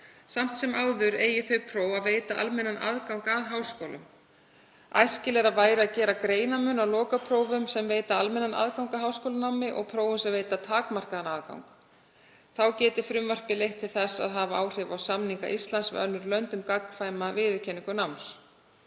Samt sem áður eigi þau próf að veita almennan aðgang að háskólum. Æskilegra væri að gera greinarmun á lokaprófum sem veita almennan aðgang að háskólanámi og prófa svo að veita takmarkaðan aðgang. Þá getur frumvarpið leitt til þess að hafa áhrif á samninga Íslands við önnur lönd um gagnkvæma viðurkenningu náms.